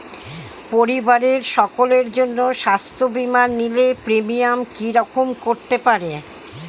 পরিবারের সকলের জন্য স্বাস্থ্য বীমা নিলে প্রিমিয়াম কি রকম করতে পারে?